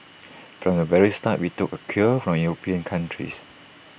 from the very start we took A cue from european countries